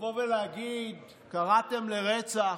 לבוא ולהגיד "קראתם לרצח"